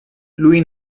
lui